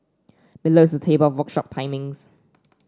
below is a table of workshop timings